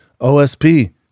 OSP